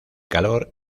calor